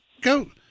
go